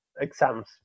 exams